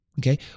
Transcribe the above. Okay